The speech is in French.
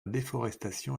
déforestation